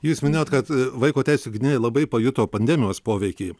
jūs minėjot kad vaiko teisių gynėjai labai pajuto pandemijos poveikį